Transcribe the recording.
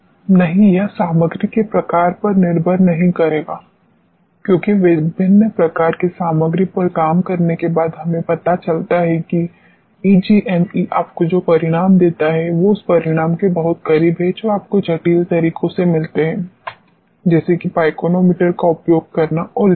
नहीं यह सामग्री के प्रकार पर निर्भर नहीं करेगा क्योंकि विभिन्न प्रकार की सामग्री पर काम करने के बाद हमें पता चलता है कि ईजीएमई आपको जो परिणाम देता है वो उस परिणाम के बहुत करीब हैं जो आपको जटिल तरीकों से मिलते है जैसे कि पाइकोनोमीटर का उपयोग करना और इत्यादि